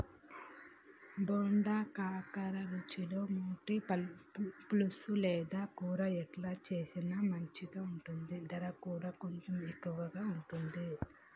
బోడ కాకర రుచిలో మేటి, పులుసు లేదా కూర ఎట్లా చేసిన మంచిగుంటది, దర కూడా కొంచెం ఎక్కువే ఉంటది